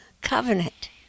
covenant